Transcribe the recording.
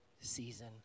season